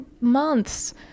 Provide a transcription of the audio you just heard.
months